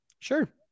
Sure